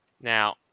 Now